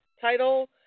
title